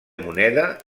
moneda